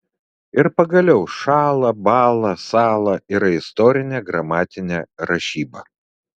ir pagaliau šąla bąla sąla yra istorinė gramatinė rašyba